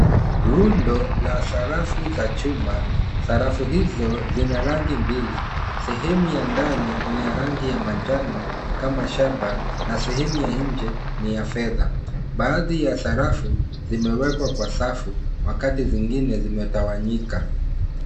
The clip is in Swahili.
Lundo la sarafu za chuma. Sarafu hizo ni za rangi mbili sehemu ya ndani ni ya rangi ya manjano kama shaba na sehemu ya nje ni ya fedha. Baadhi ya sarafu zimewekwa kwa safu wakati zingine zimetawanyika.